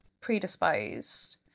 predisposed